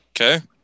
Okay